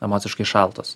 emociškai šaltos